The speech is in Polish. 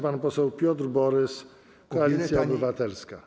Pan poseł Piotr Borys, Koalicja Obywatelska.